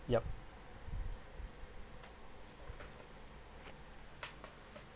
yup